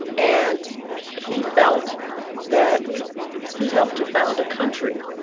and he felt that he helped to found a country.